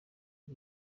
iki